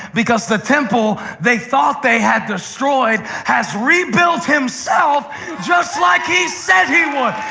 because the temple they thought they had destroyed has rebuilt himself just like he said he would.